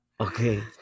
okay